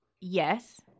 yes